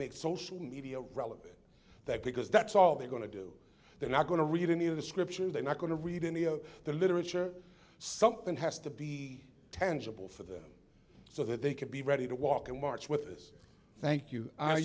make social media relevant that because that's all they're going to do they're not going to read any of the scripture they're not going to read any of the literature something has to be tangible for them so that they can be ready to walk and march with us thank you